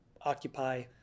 occupy